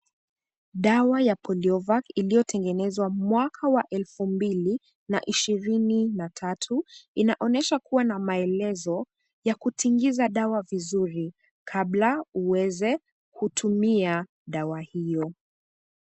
Dawa ya Poliovac iliyotengenezwa mwaka wa elfu mbili na ishirini na tatu, inaonyesha kuwa na maelezo ya kutingiza dawa vizuri kabla uweze kutumia dawa hiyo.